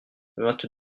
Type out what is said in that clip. vingt